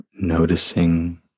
Noticing